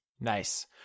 Nice